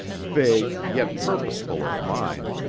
vague, yet purposeful of mind,